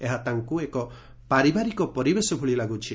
ଏହା ତାଙ୍କୁ ଏକ ପାରିବାରିକ ପରିବେଶ ଭଳି ଲାଗୁଛି